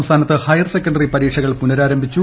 സംസ്ഥാനത്ത് higher secondary പരീക്ഷകൾ പുനഃരാരംഭിച്ചു